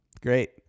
Great